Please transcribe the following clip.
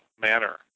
manner